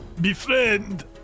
befriend